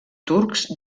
turcs